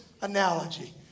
analogy